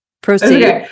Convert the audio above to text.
proceed